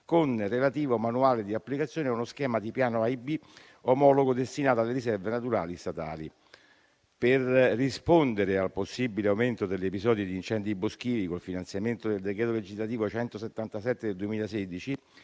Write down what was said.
con relativo manuale di applicazione, e uno Schema di piano AIB omologo destinato alle riserve naturali statali. Per rispondere al possibile aumento degli episodi di incendi boschivi, con il finanziamento del decreto legislativo n. 177 del 2016,